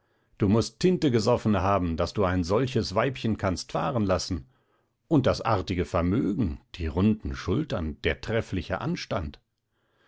du mußt tinte gesoffen haben daß du ein solches weibchen kannst fahrenlassen und das artige vermögen die runden schultern der treffliche anstand